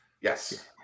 Yes